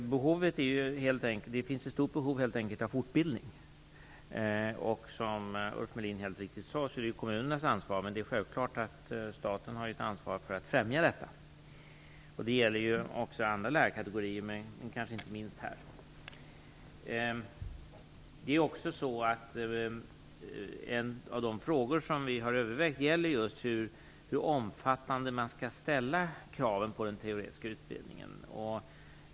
Det finns helt enkelt ett stort behov av fortbildning. Som Ulf Melin helt riktigt sade är detta kommunernas ansvar, men det är självklart att staten har ett ansvar för att främja detta. Det gäller också andra lärarkategorier, men kanske i synnerhet yrkeslärarna. En av de frågor vi har övervägt gäller hur omfattande krav som skall ställas på teoretisk utbildning.